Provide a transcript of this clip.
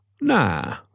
Nah